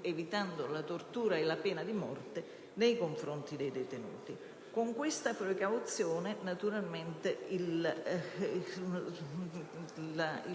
evitando la tortura e la pena di morte per i detenuti. Con questa precauzione naturalmente il